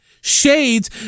shades